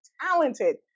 talented